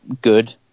good